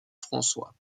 françois